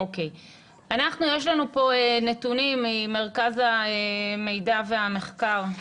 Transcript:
יש לנו נתונים ממרכז המחקר והמידע